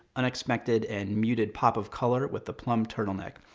unexpected, and muted pop of color, with the plum turtleneck.